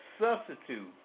substitute